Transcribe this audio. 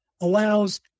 allows